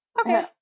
okay